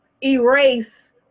erase